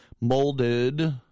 molded